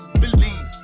believe